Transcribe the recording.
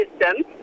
system